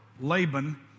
Laban